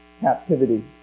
captivity